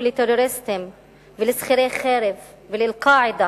לטרוריסטים ולשכירי חבר ול"אל-קאעידה"